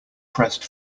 pressed